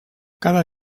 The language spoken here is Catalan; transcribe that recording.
cada